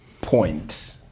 point